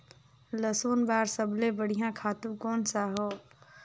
लसुन बार सबले बढ़िया खातु कोन सा हो?